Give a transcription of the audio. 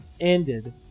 ended